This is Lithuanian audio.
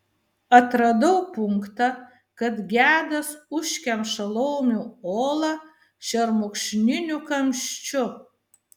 atradau punktą kad gedas užkemša laumių olą šermukšniniu kamščiu